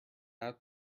out